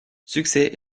succès